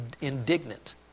indignant